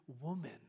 woman